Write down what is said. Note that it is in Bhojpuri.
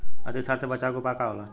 अतिसार से बचाव के उपाय का होला?